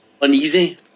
uneasy